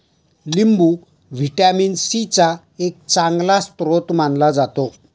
लिंबू vitamin C चा एक चांगला स्रोत मानला जातो